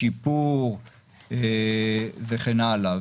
שיפור וכן הלאה,